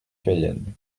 cayenne